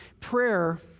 prayer